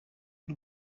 y’u